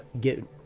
get